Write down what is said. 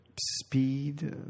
speed